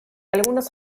algunos